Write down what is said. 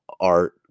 art